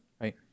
Right